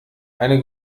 eine